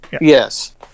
Yes